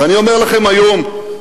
ואני אומר לכם היום: